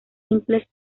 simples